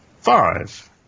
five